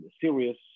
serious